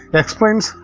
explains